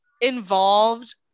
involved